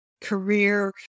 career